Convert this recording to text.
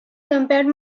compared